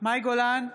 מאי גולן,